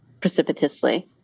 precipitously